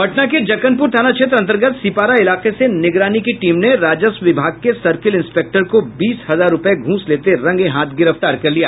पटना के जक्कनपुर थाना क्षेत्र अंतर्गत सिपारा इलाके से निगरानी की टीम ने राजस्व विभाग के सर्किल इंस्पेक्टर को बीस हजार रूपये घूस लेते रंगे हाथ गिरफ्तार कर लिया